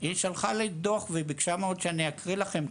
היא הלכה והיא ביקשה שאני אקריא לכם,